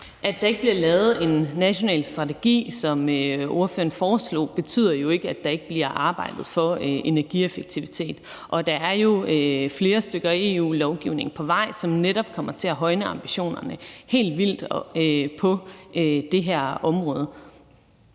At der ikke bliver lavet en national strategi, som ordføreren foreslog, betyder jo ikke, at der ikke bliver arbejdet for energieffektivitet. Og der er jo flere stykker EU-lovgivning på vej, som netop kommer til at højne ambitionerne helt vildt på det her område.